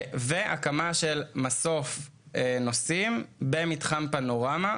והקמה של מסוף נוסעים במתחם פנורמה,